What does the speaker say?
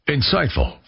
Insightful